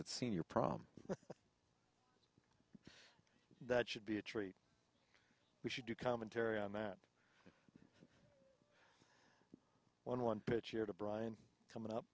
that senior prom that should be a treat we should do commentary on that one one pitch here to bryant coming up